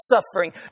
suffering